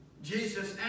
Jesus